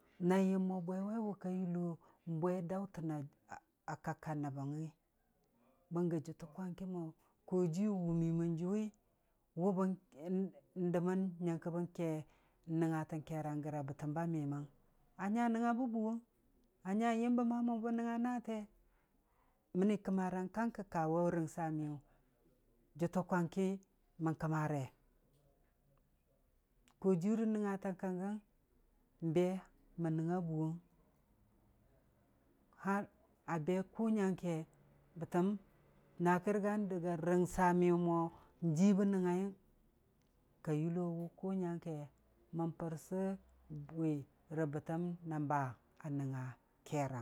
Na yəm mo bwe waiwʊ ka yullo bwe daʊtəna a- akak ka nəbbəng- ngi, bəngngə jʊtə kwang ki mo, koojiiyu wumimən jʊwi wʊ bən- n- dəmən nyəngkə bən ke, n'nəngngatən keerang gə ra bətəm ba miyəməngi a nya nəngnga bə buuwong, a nya yəmbə ma me bən nəngngga naate, mənni kəmarang kangkə kawa rəngsa miyʊ jətta kwang kimən kəmare, koojiyu rə nəngngatang ka gəng n'be mən nəngnga buuwong, har a be kʊ nyang ke, bətəm n' kəu rigan dəgga rəngsa miyʊ mo n'jii bən nəngngayəng, ka yullo wʊ kʊ nyangke, mən pərsa bwi rə bətəm na ba a nənguga keerang.